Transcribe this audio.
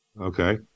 Okay